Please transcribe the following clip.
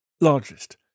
largest